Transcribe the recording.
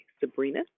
Sabrina